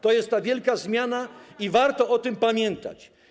To jest ta wielka zmiana i warto o tym pamiętać.